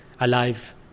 alive